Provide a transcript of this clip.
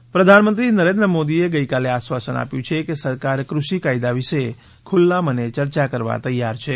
સર્વદળીય બેઠક પ્રધાનમંત્રી નરેન્દ્ર મોદીએ ગઇકાલે આશ્વાસન આપ્યું છે કે સરકાર કૃષિ કાયદા વિશે ખુલ્લા મને ચર્ચા કરવા તૈયાર છે